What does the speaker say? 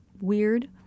weird